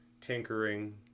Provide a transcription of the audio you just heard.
tinkering